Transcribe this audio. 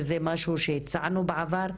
זה משהו שהצענו בעבר,